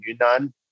Yunnan